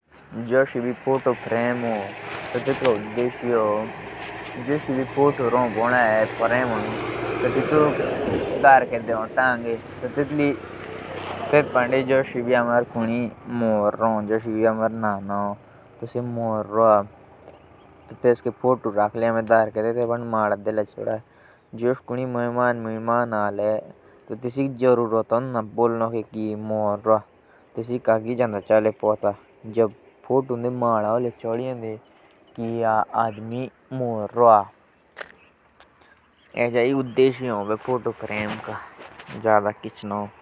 जो फोटो पड़े जो फ्रेम भी हो से ऎटुक हों ताकि जो फोटो ह। सेया कोरब नु हन ओर लम्बे सोमेय तक चोल ला।